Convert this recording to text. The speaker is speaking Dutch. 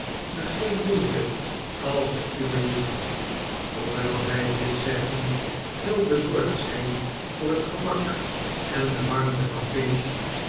u geen moeite als t u belieft hoewel hij dit zeggend heel bezorgd scheen voor het gemak en de warmte van pinch